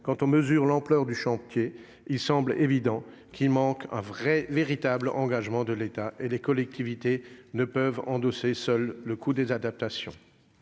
quand on mesure l'ampleur du chantier, il semble évident qu'il manque un véritable engagement de l'État. Les collectivités ne peuvent supporter seules le coût des adaptations.